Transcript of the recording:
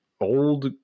old